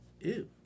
ew